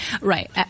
Right